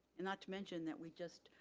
and not to mention that we just,